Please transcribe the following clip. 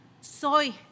soy